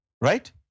Right